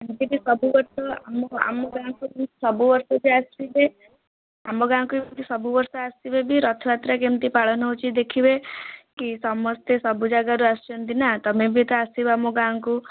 ଏମିତିକି ସବୁ ବର୍ଷ ଆମ ଆମ ଗାଁକୁ ସବୁ ବର୍ଷ ସିଏ ଆସିବେ ଆମ ଗାଁକୁ ସବୁ ବର୍ଷ ଆସିବେ ବି ରଥଯାତ୍ରା କେମିତି ପାଳନ ହେଉଛି ଦେଖିବେ କି ସମସ୍ତେ ସବୁ ଜାଗାରୁ ଆସୁଛନ୍ତି ନା ତୁମେ ବି ତ ଆସିବ ଆମ ଗାଁକୁ